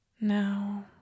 Now